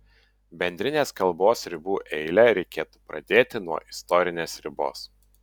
bendrinės kalbos ribų eilę reikėtų pradėti nuo istorinės ribos